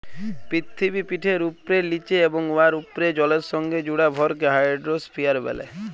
পিথিবীপিঠের উপ্রে, লিচে এবং উয়ার উপ্রে জলের সংগে জুড়া ভরকে হাইড্রইস্ফিয়ার ব্যলে